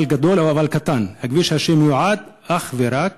אבל גדול או אבל קטן: הכביש הזה מיועד אך ורק